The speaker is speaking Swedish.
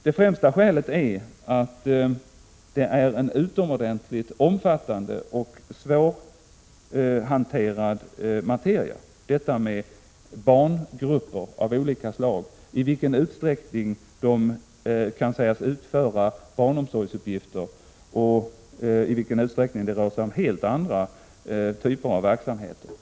Det främsta skälet är att det är en utomordentligt omfattande och svårhanterad materia detta med barngrupper av olika slag — i vilken utsträckning de kan sägas utföra barnomsorgsuppgifter och i vilken utsträckning det rör sig om helt andra typer av verksamhet.